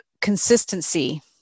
consistency